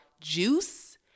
juice